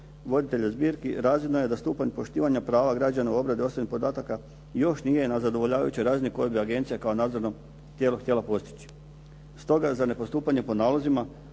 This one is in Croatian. voditelja zbirki razvidno je da stupanj poštivanja prava građana u obradi osobnih podataka još nije na zadovoljavajućoj razini koje je agencija kao nadzorno tijelo htjela postići. Stoga za nepostupanje po nalozima